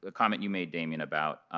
ah comment you made ah i mean about